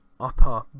upper